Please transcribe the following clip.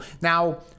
now